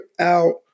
out